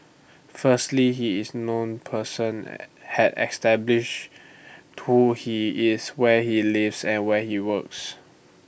firstly he is A known person had establish who he is where he lives and where he works